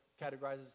categorizes